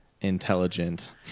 intelligent